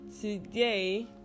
today